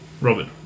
Robert